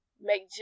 make